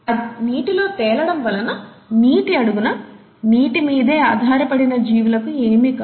అది నీటిలో తేలడం వలన నీటి అడుగున నీటి మీదే ఆధారపడిన జీవులకు ఏమి కాదు